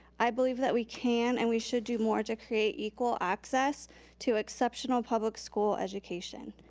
i believe that we can and we should do more to create equal access to exceptional public school education.